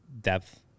depth